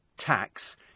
tax